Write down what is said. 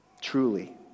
Truly